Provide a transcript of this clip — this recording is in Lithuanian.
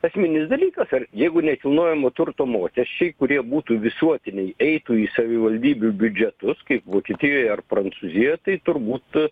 esminis dalykas ar jeigu nekilnojamo turto mokesčiai kurie būtų visuotiniai eitų į savivaldybių biudžetus kaip vokietijoj ar prancūzijoj tai turbūt